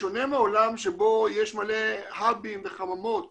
בשונה מעולם שבו יש מלא hub וחממות